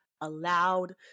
allowed